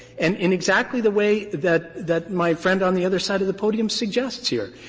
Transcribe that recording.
and in exactly the way that that my friend on the other side of the podium suggests here.